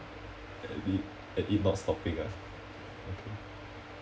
and it and it not stopping ah okay